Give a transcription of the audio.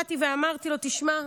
באתי ואמרתי לו: תשמע,